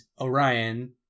Orion